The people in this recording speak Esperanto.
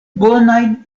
bonajn